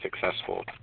successful